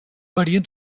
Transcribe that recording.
varien